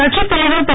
கட்சித்தலைவர் திரு